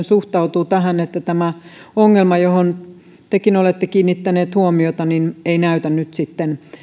suhtautuu tähän että tämä ongelma johon tekin olette kiinnittänyt huomiota ei näytä nyt